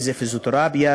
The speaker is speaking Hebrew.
פיזיותרפיה,